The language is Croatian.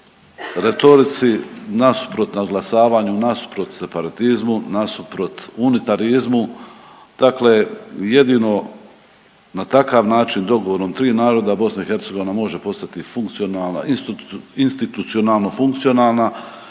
retorici, nasuprot nadglasavanju, nasuprot separatizmu, nasuprot unitarizmu, dakle jedino na takav način dogovorom tri naroda BiH može postati funkcionalna, institucionalno funkcionalna.